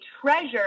treasure